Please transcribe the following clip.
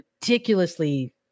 ridiculously